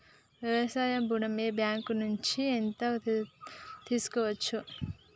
వ్యవసాయ ఋణం ఏ బ్యాంక్ నుంచి ఎంత తీసుకోవచ్చు?